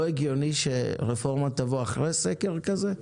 לא הגיוני שרפורמה תבוא אחרי סקר כזה,